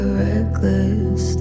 reckless